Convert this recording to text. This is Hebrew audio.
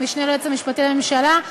המשנה ליועץ המשפטי לממשלה,